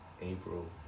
April